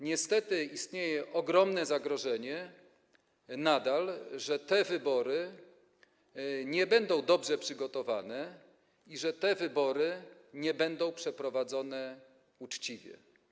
Niestety nadal istnieje ogromne zagrożenie, że te wybory nie będą dobrze przygotowane i że te wybory nie będą przeprowadzone uczciwie.